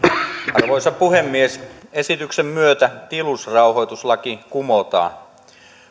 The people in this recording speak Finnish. arvoisa puhemies esityksen myötä tilusrauhoituslaki kumotaan